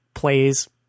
plays